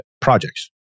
projects